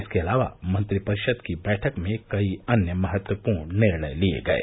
इसके अलावा मंत्रिपरिषद की बैठक में कई अन्य महत्वूर्ण निर्णय लिए गये